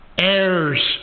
heirs